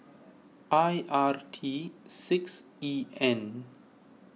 I R T six E N